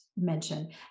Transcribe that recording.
mentioned